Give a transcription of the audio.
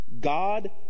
God